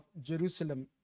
Jerusalem